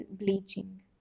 bleaching